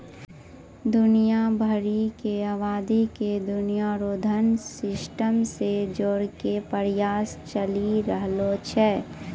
दुनिया भरी के आवादी के दुनिया रो धन सिस्टम से जोड़ेकै प्रयास चली रहलो छै